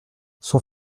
son